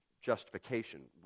justification